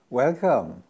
welcome